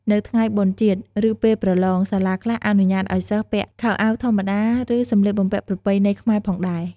នៅថ្ងៃបុណ្យជាតិ ឬពេលប្រឡង សាលាខ្លះអនុញ្ញាតឲ្យសិស្សពាក់ខោអាវធម្មតា ឬសំលៀកបំពាក់ប្រពៃណីខ្មែរផងដែរ។